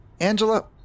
Angela